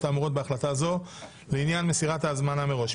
האמורות בהחלטה זו לעניין מסירת ההזמנה מראש,